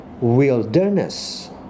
wilderness